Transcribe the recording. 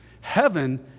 Heaven